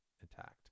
intact